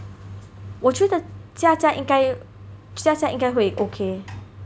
我觉得 Jia Jia 应该 Jia Jia 应该会 okay